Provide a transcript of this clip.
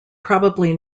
probably